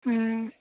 हँ